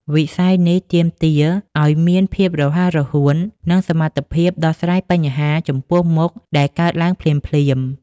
វិស័យនេះទាមទារឱ្យមានភាពរហ័សរហួន និងសមត្ថភាពដោះស្រាយបញ្ហាចំពោះមុខដែលកើតឡើងភ្លាមៗ។